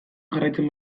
jarraitzen